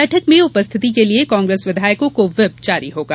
बैठक में उपस्थिति के लिए कांप्रेस विधायकों को व्हिप जारी होगा